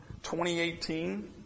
2018